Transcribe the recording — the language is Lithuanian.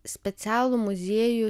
specialų muziejų